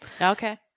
Okay